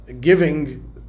giving